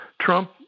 Trump